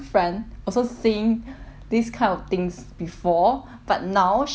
this kind of things before but now she having more lipstick then mine